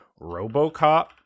RoboCop